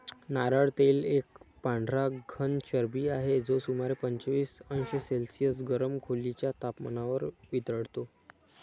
नारळ तेल एक पांढरा घन चरबी आहे, जो सुमारे पंचवीस अंश सेल्सिअस गरम खोलीच्या तपमानावर वितळतो